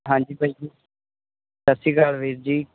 ਹਾਂਜੀ ਬਾਈ ਜੀ ਸਤਿ ਸ਼੍ਰੀ ਅਕਾਲ ਵੀਰ ਜੀ